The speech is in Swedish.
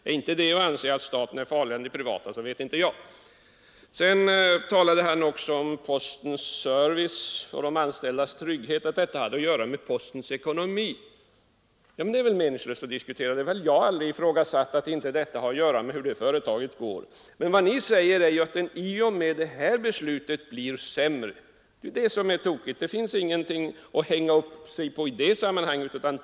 Är inte det att anse att staten är farligare än den privata sidan så vet inte jag. Herr Börjesson i Glömminge talade också om att postens service och de anställdas trygghet hade att göra med postens ekonomi. Jag har väl aldrig ifrågasatt det. Men vad ni säger är att postens ekonomi i och med det här beslutet blir sämre. Det är det som är tokigt. Det finns ingenting att hänga upp sig på i det sammanhanget.